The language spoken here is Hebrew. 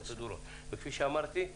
את רוצה לנהל את הדיון במקומי?